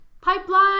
pipeline